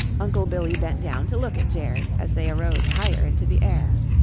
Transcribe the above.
uncle billy bent down to look at jerry as they arose higher into the air.